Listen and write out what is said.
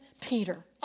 Peter